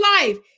life